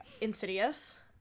Insidious